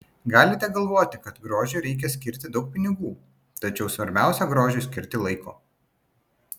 galite galvoti kad grožiui reikia skirti daug pinigų tačiau svarbiausia grožiui skirti laiko